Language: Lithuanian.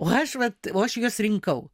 o aš vat o aš juos rinkau